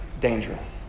dangerous